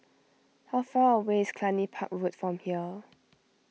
how far away is Cluny Park Road from here